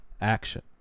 action